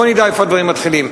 בוא נדע איפה הדברים מתחילים.